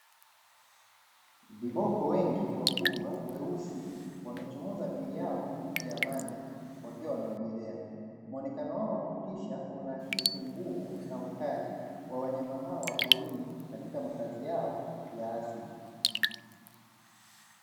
Viboko wengi wakubwa, weusi wamechomoza miili yao nje ya maji wakiwa wanaogelea, muonekano wao wa kutisha unaakisi nguvu na ukali wa wanyama hao wa porini kwenye makazi yao ya asili.